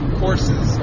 courses